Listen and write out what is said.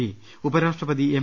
P ഉപരാഷ്ട്രപതി M